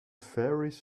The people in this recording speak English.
faeries